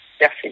Merci